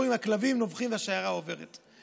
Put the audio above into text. אומרים: הכלבים נובחים והשיירה עוברת.